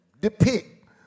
depict